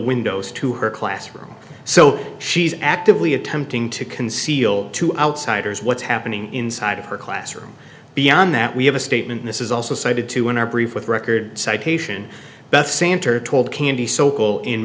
windows to her classroom so she's actively attempting to conceal to outsiders what's happening inside of her classroom beyond that we have a statement this is also cited to in our brief with record citation beth santer told candy sokol in